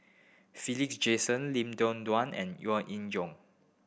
Philip Jackson Lim and Yo Jong